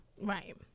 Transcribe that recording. Right